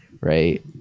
right